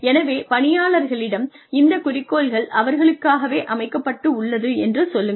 எனவே பணியாளர்களிடம் இந்த குறிக்கோள்கள் அவர்களுக்காகவே அமைக்கப்பட்டுள்ளது என்று சொல்லுங்கள்